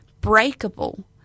breakable